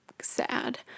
sad